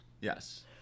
Yes